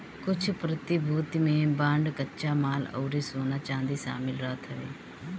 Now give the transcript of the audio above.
कुछ प्रतिभूति में बांड कच्चा माल अउरी सोना चांदी शामिल रहत हवे